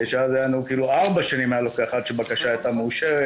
שאז ארבע שנים היה לוקח עד שבקשה הייתה מאושרת.